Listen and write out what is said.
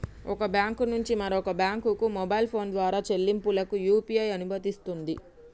ఒక బ్యాంకు నుంచి మరొక బ్యాంకుకు మొబైల్ ఫోన్ ద్వారా చెల్లింపులకు యూ.పీ.ఐ అనుమతినిస్తుంది